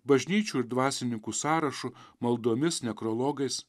bažnyčių ir dvasininkų sąrašu maldomis nekrologais